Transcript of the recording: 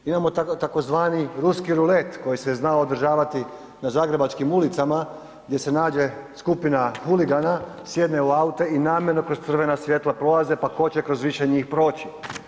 Imamo tzv. ruski rulet koji se znao održavati na zagrebačkim ulicama gdje se nađe skupina huligana, sjedne u aute i namjerno kroz crvena svjetla prolaze pa tko će kroz više njih proći.